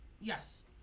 Yes